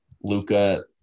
Luca